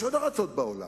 יש עוד ארצות בעולם,